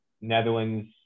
Netherlands